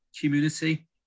community